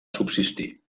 subsistir